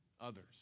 others